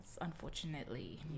unfortunately